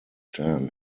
jan